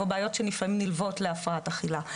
או בעיות שלפעמים נלוות להפרעת אכילה,